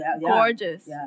Gorgeous